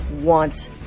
wants